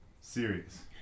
series